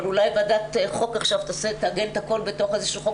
אבל אולי ועדת חוק תעגן את הכול בתוך איזה שהוא חוק אחד.